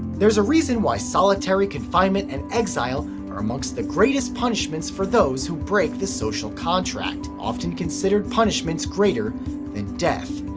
there's a reason why solitary confinement and exile are amongst the greatest punishments for those who break the social contract often considered punishments greater than death.